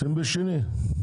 בשני.